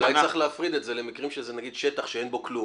אולי צריך להפריד את זה למקרים שזה נגיד שטח שאין בו כלום,